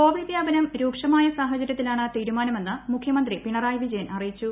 Covid വ്യാപനം രൂക്ഷമായ സാഹചര്യത്തിലാണ് തീരുമാനമെന്ന് മുഖ്യമന്ത്രി പിണറായി വിജയൻ അറിയിച്ചു